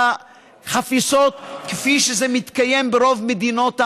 החפיסות כפי שזה מתקיים ברוב מדינות העולם,